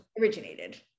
originated